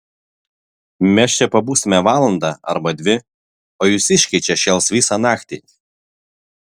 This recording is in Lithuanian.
mes čia pabūsime valandą arba dvi o jūsiškiai čia šėls visą naktį